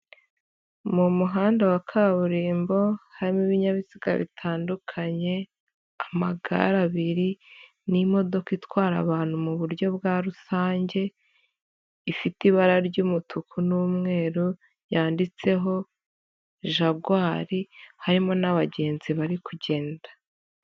Mu muhanda wa kaburimbo harimo ibinyabiziga bitandukanye amagare abiri, n'imodoka itwara abantu mu buryo bwa rusange, ifite ibara ry'umutuku n'umweru yanditseho Jaguar, harimo n'abagenzi bari kugenda.